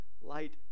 light